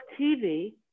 TV